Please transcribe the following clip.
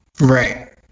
Right